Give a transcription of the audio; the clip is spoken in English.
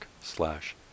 slash